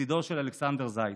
לצידו של אלכסנדר זייד.